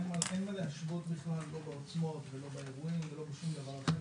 אין מה להשוות בכלל לא בעוצמות ולא באירועים ולא בשום דבר אחר.